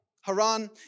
Haran